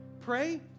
Pray